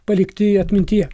palikti atmintyje